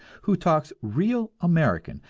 who talks real american,